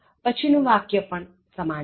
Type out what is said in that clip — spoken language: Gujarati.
પછી નું વાક્ય પણ સમાન છે